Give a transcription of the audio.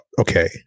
okay